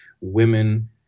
women